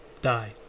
die